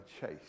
chase